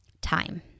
time